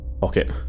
pocket